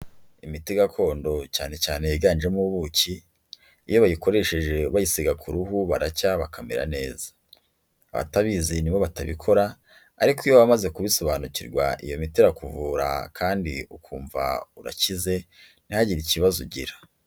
Imiti gakondo, cyane cyane yiganjemo ubuki, iyo bayikoresheje bayisiga ku ruhu baracya bakamera neza. Abatabizi ni bo batabikora, ariko iyo wamaze kubisobanukirwa iyo miti irakuvura kandi ukumva urakize, ntihagire ikibazo ugira.